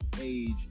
age